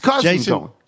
Jason